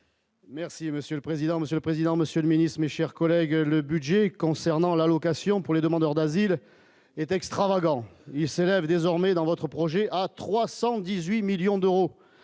Merci monsieur le président, Monsieur le président, Monsieur le Ministre, mes chers collègues, le budget concernant l'allocation pour les demandeurs d'asile est extravagant désormais dans votre projet à 318 millions d'euros,